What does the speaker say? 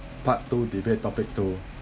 part two debate topic two